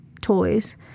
toys